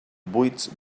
buits